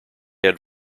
had